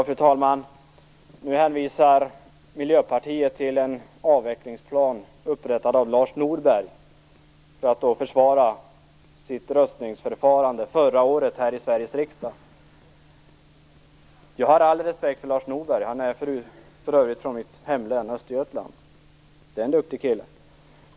Fru talman! Nu hänvisar Miljöpartiet till en avvecklingsplan, upprättad av Lars Norberg, för att försvara sitt röstningsförfarande förra året här i Sveriges riksdag. Jag har all respekt för Lars Norberg. Han är för övrigt från mitt hemlän Östergötland. Det är en duktig kille.